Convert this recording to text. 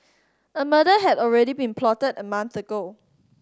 a murder had already been plotted a month ago